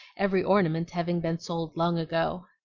every ornament having been sold long ago.